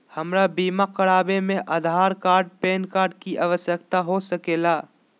हमरा बीमा कराने में आधार कार्ड पैन कार्ड की आवश्यकता हो सके ला?